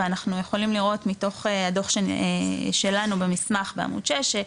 ואנחנו יכולים לראות מתוך הדוח שלנו במסמך בעמוד 6,